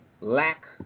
lack